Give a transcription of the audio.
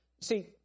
See